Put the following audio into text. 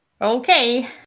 Okay